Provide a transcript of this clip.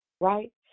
Right